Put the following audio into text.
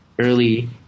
early